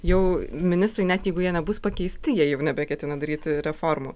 jau ministrai net jeigu jie nebus pakeisti jie jau nebeketina daryti reformų